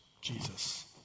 Jesus